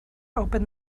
open